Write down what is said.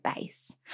base